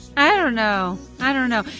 i don't know. i don't know.